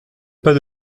pas